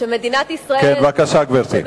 בבקשה, גברתי.